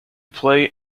play